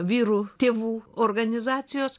vyrų tėvų organizacijos